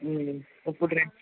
ఇప్పుడు రండి